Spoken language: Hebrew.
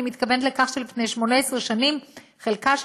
אני מתכוונת לכך שלפני 18 שנים חלקה של